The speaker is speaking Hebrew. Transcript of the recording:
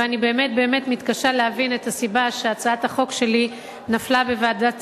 ואני באמת באמת מתקשה להבין את הסיבה שהצעת החוק שלי נפלה בוועדת שרים,